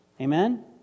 Amen